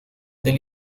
del